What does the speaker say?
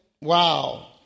wow